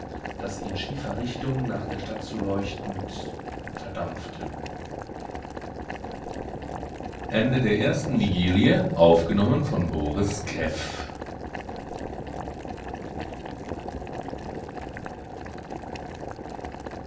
das in schiefer richtung nach der stadt zu leuchtend verdampfte zweite vigilie